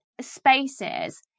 spaces